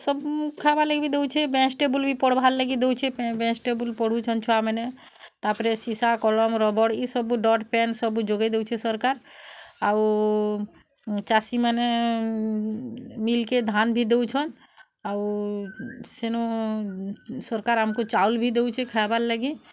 ସବୁ ଖାଇବା ଲାଗି ବି ଦଉଛେ ବେଞ୍ଚ୍ ଟେବୁଲ୍ ବି ପଢ଼୍ବା ଲାଗି ଦଉଛେ ବେଞ୍ଚ ଟେବୁଲ୍ ପଢ଼ୁଛନ୍ ଛୁଆମାନେ ତା'ପରେ ଶିଷା କଲମ ରବର ଇସବୁ ଡଟପେନ୍ ସବୁ ଯୋଗେଇ ଦଉଛେ ସରକାର୍ ଆଉ ଚାଷୀ ମାନେ ମିଲ୍କେ ଧାନ୍ ବି ଦୋଉଛନ୍ ଆଉ ସେନୁ ସରକାର୍ ଆମକୁ ଚାଉଲ୍ ଭି ଦଉଛେ ଖାଇବାର୍ ଲାଗି